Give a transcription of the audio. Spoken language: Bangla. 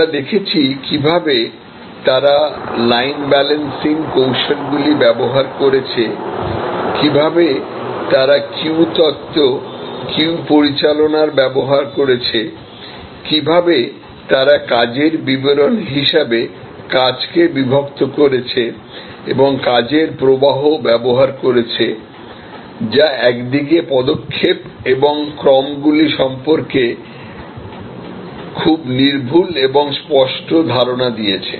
আমরা দেখেছি কীভাবে তারা লাইন ব্যালেন্সিংকৌশলগুলি ব্যবহার করেছে কীভাবে তারা কিউ তত্ত্ব কিউ পরিচালনার ব্যবহার করেছে কীভাবে তারা কাজের বিবরণ হিসাবে কাজ কে বিভক্ত করেছে এবং কাজের প্রবাহ ব্যবহার করেছে যা একদিকে পদক্ষেপ এবং ক্রম গুলি সম্পর্কে খুব নির্ভুল এবং স্পষ্ট ধারণা দিয়েছে